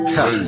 Hey